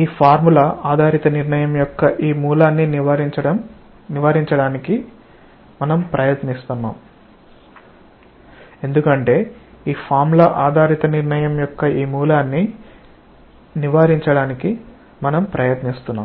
ఈ ఫార్ములా ఆధారిత నిర్ణయం యొక్క ఈ మూలాన్ని నివారించడానికి మనం ప్రయత్నిస్తాము